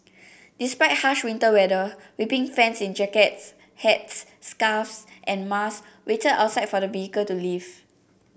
despite harsh winter weather weeping fans in jackets hats scarves and masks waited outside for the vehicle to leave